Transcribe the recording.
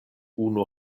unu